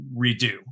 redo